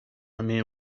mean